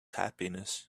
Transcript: happiness